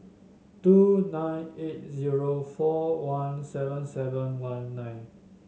two nine eight zero four one seven seven one nine